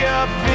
up